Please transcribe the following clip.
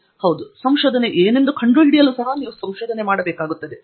ತಂಗಿರಾಲಾ ಹೌದು ಸಂಶೋಧನೆ ಏನೆಂದು ಕಂಡುಹಿಡಿಯಲು ಸಹಾ ನೀವು ಸಂಶೋಧನೆ ಮಾಡಬೇಕಾಗುತ್ತದೆ